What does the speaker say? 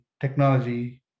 technology